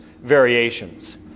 variations